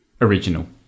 original